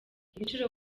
ibiciro